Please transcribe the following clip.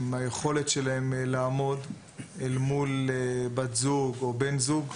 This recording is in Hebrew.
עם היכולת שלהם לעמוד על מול בת זוג או בן זוג.